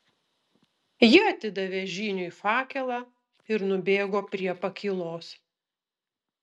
ji atidavė žyniui fakelą ir nubėgo prie pakylos